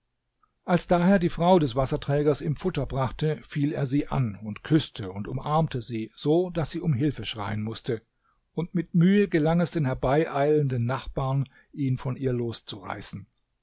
als daher die frau des wasserträgers ihm futter brachte fiel er sie an und küßte und umarmte sie so daß sie um hilfe schreien mußte und mit mühe gelang es den herbeieilenden nachbarn ihn von ihr loszureißen